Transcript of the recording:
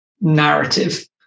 narrative